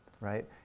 right